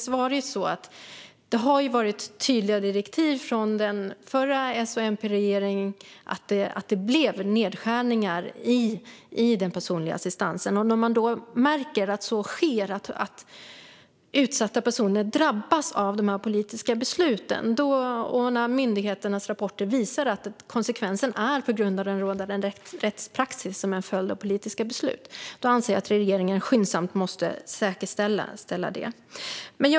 Tydliga direktiv från den förra S och MP-regeringen gjorde dock att det blev nedskärningar i den personliga assistansen. När man märker att utsatta personer drabbas av dessa beslut och myndigheternas rapporter visar att det är en konsekvens av rådande rättspraxis till följd av politiska beslut anser jag att regeringen skyndsamt måste ställa det till rätta.